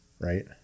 right